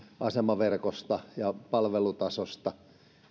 asemaverkosta ja palvelutasosta